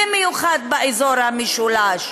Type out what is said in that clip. במיוחד באזור המשולש.